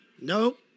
Nope